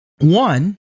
One